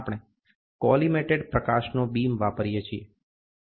તેથી ઓટોકોલીમેટરમાં આપણે કોલિમેટેડ પ્રકાશનો બીમ વાપરીએ છીએ